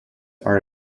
are